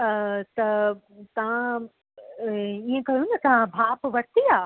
अ त तव्हां हीअं कयो न तव्हां भाप वरिती आहे